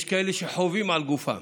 יש כאלה שחווים על גופם,